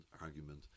Argument